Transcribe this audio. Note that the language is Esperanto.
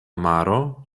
maro